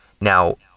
now